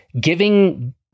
giving